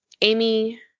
Amy